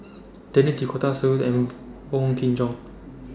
Denis D'Cotta Seow and Wong Kin Jong